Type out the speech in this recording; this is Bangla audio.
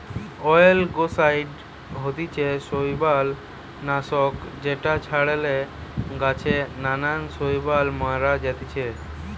অয়েলগেসাইড হতিছে শৈবাল নাশক যেটা ছড়ালে গাছে নানান শৈবাল মারা জাতিছে